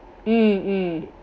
mm mm